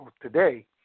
today